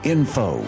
Info